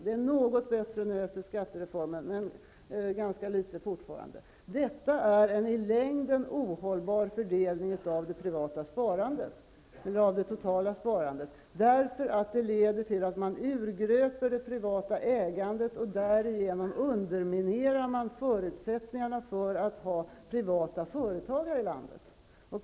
Det är något bättre nu efter skattereformen, men fortfarande ganska litet. Detta är en i längden ohållbar fördelning av det privata sparandet eller av det totala sparandet. Det leder till att man urgröper det privata ägandet. Därigenom underminerar man förutsättningar för att ha privata företagare i landet.